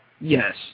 Yes